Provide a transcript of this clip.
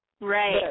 right